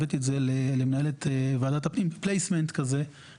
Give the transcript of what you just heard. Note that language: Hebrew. הבאתי את זה למנהלת ועדת הפנים,